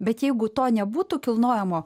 bet jeigu to nebūtų kilnojamo